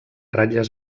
ratlles